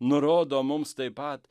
nurodo mums taip pat